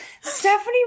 Stephanie